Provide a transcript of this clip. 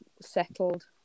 settled